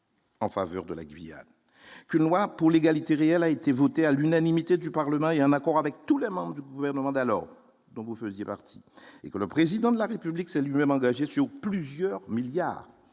en faveur de la Guyane, plus une loi pour l'égalité réelle a été voté à l'unanimité du parlement et en accord avec tous les membres du gouvernement d'alors dont vous faisiez partie et que le président de la République s'est lui-même engagé sur plusieurs milliards